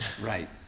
Right